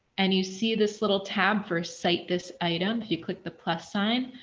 and you see this little tab for site. this item you click the plus sign.